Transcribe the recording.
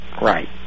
Right